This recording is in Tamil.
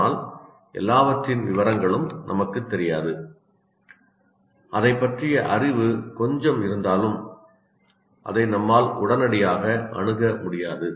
ஆனால் எல்லாவற்றின் விவரங்களும் நமக்குத் தெரியாது அதைப் பற்றிய அறிவு கொஞ்சம் இருந்தாலும் அதை நம்மால் உடனடியாக அணுக முடியாது